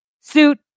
suit